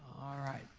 alright,